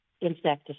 insecticides